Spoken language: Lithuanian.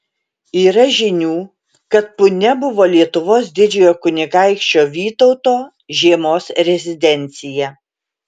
yra žinių kad punia buvo lietuvos didžiojo kunigaikščio vytauto žiemos rezidencija